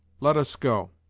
let us go,